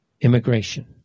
immigration